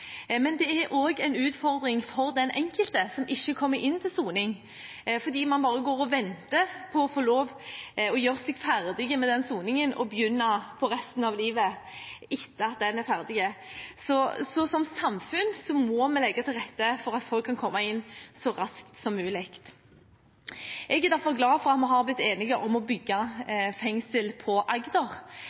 Men det er også en utfordring for den enkelte som ikke kommer inn til soning, fordi man bare går og venter på å få lov til å gjøre seg ferdig med den soningen og begynne på resten av livet etter at den er ferdig. Så som samfunn må vi legge til rette for at folk kan komme inn så raskt som mulig. Jeg er derfor glad for at vi har blitt enige om å bygge fengsel på Agder.